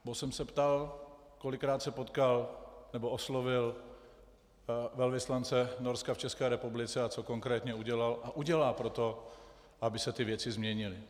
Ptal jsem se, kolikrát se potkal, nebo oslovil velvyslance Norska v České republice a co konkrétně udělal a udělá pro to, aby se ty věci změnily.